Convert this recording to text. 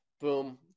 boom